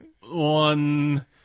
One